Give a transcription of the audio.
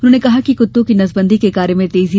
उन्होंने कहा कि कुत्तों की नसबंदी के कार्य में तेजी लायी जाये